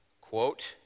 Quote